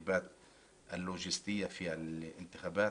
ולהסדרים הלוגיסטיים בבחירות.